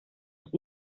ist